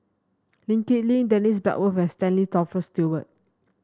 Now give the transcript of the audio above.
Lee Kip Lin Dennis Bloodworth and Stanley Toft Stewart